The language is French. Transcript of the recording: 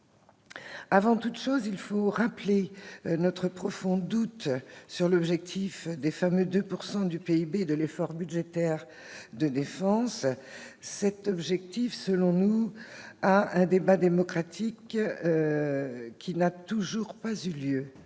Avant toute chose, il faut rappeler notre profond doute à l'égard de l'objectif des fameux 2 % du PIB de l'effort budgétaire de défense. Cet objectif appelle, selon nous, un débat démocratique qui n'a toujours pas eu lieu.